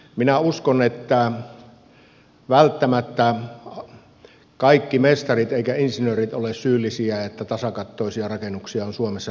minä uskon että välttämättä kaikki mestarit ja insinöörit eivät ole syyllisiä että tasakattoisia ja räystäättömiä rakennuksia on suomessa rakennettu